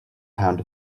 pound